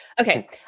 Okay